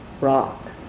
rock